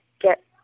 get